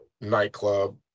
nightclub